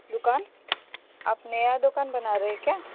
दुकान आप नया दुकान बना रहे क्या